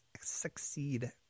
succeed